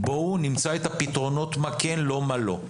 בואו נמצא את הפתרונות מה כן, לא מה לא.